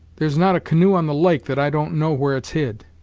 there's not a canoe on the lake that i don't know where it's hid